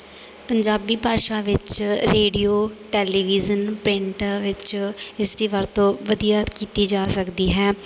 ਪੰਜਾਬੀ ਭਾਸ਼ਾ ਵਿੱਚ radio television ਪ੍ਰਿੰਟਾਂ ਵਿੱਚ ਇਸ ਦੀ ਵਰਤੋਂ ਵਧੀਆ ਕੀਤੀ ਜਾ ਸਕਦੀ ਹੈ